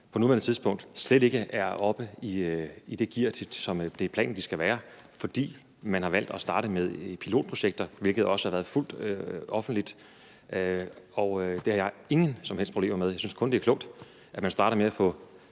på nuværende tidspunkt slet ikke er oppe i det gear, som det er planen de skal være, fordi man har valgt at starte med pilotprojekter, hvilket også har været fuldt offentligt. Og det har jeg ingen som helst problemer med. Jeg synes kun, det er klogt, at man starter med at få